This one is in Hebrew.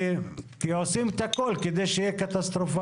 כי עושים את הכל כדי שיהיה קטסטרופלי.